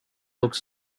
looks